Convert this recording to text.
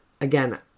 again